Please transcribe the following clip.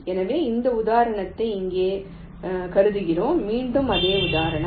எனவே இந்த உதாரணத்தை இங்கே கருதுகிறோம் மீண்டும் அதே உதாரணம்